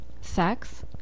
sex